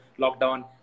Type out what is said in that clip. lockdown